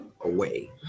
away